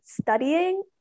studying